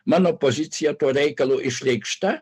mano pozicija tuo reikalu išreikšta